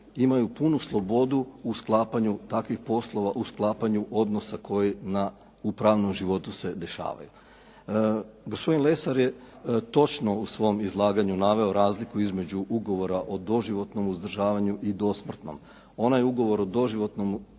imaju punu slobodu u sklapanju takvih poslova, u sklapanju odnosa koji u pravnom životu se dešavaju. Gospodin Lesar je točno u svom izlaganju naveo razliku između Ugovora o doživotnom uzdržavanju i dosmrtnom. Onaj ugovor o doživotnom